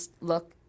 look